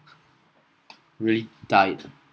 really tired